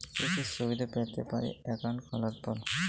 কি কি সুবিধে পেতে পারি একাউন্ট খোলার পর?